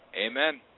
Amen